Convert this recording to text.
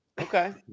Okay